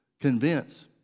convince